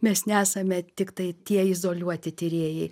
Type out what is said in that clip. mes nesame tiktai tie izoliuoti tyrėjai